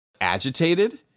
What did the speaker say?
agitated